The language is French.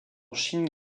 chine